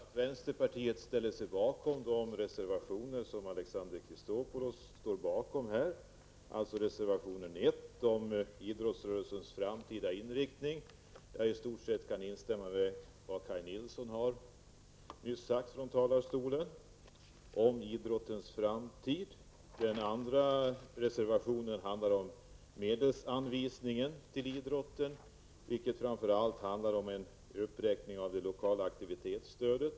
Herr talman! I denna rumphuggna idrottsdebatt vill jag inskränka mig till att redovisa att vänsterpartiet ställer sig bakom de reservationer som Alexander Chrisopoulos har undertecknat. Den första är reservation 1, om idrottsrörelsens framtida inriktning. Jag kan i stort sett instämma i det Kaj Nilsson nyss har sagt från talarstolen om idrottens framtid. Den andra reservationen handlar om medelsanvisningen till idrotten. Det gäller framför allt en uppräkning av det lokala aktivitetsstödet.